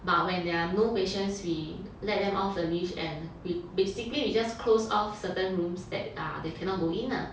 but when there are no patients we let them out of the leash and we basically we just close off certain rooms that ah they cannot go in lah